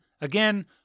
again